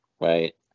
right